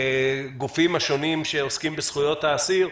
הגופים השונים שעוסקים בזכויות האסיר,